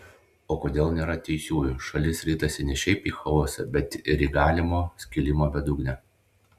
o kol nėra teisiųjų šalis ritasi ne šiaip į chaosą bet ir į galimo skilimo bedugnę